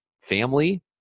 family